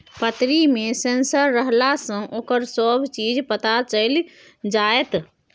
पतरी मे सेंसर रहलासँ ओकर सभ चीज पता चलि जाएत